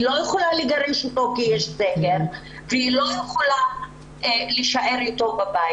היא לא יכולה לגרש אותו כי יש סגר והיא לא יכולה להישאר אתו בבית.